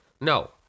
No